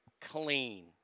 Clean